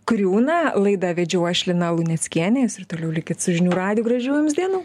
kriūną laidą vedžiau aš lina luneckienė jūs ir toliau likit su žinių radiju gražių jums dienų